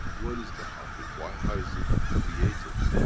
where is the heartbeat? why how is it created?